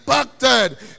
impacted